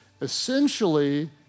Essentially